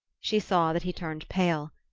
she saw that he turned pale.